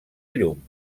llum